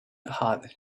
hard